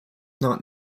not